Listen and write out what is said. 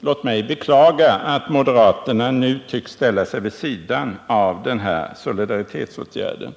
Låt mig beklaga att moderaterna nu tycks ställa sig vid sidan av den här solidaritetsåtgärden.